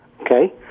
Okay